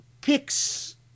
picks